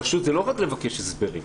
לא רק לבקש הסברים,